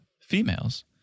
females